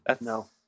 no